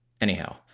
Anyhow